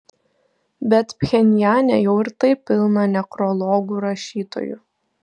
bet pchenjane jau ir taip pilna nekrologų rašytojų